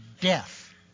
death